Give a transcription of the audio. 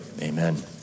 Amen